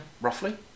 roughly